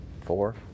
four